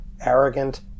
arrogant